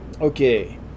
okay